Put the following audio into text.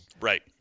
Right